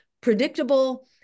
predictable